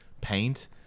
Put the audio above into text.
paint